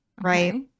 right